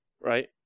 right